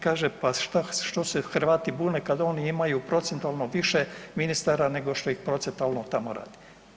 Kaže pa šta se Hrvati bune kad oni imaju procentualno više ministara nego što ih procentualno tamo radi.